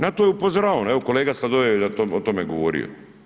Na to je upozoravano, evo kolega Sladoljev je o tome govorio.